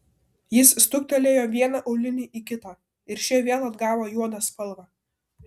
jis stuktelėjo vieną aulinį į kitą ir šie vėl atgavo juodą spalvą